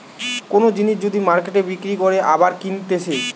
কোন জিনিস যদি মার্কেটে বিক্রি করে আবার কিনতেছে